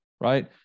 right